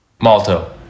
Malto